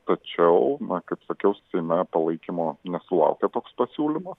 tačiau na kaip sakiau seime palaikymo nesulaukė toks pasiūlymas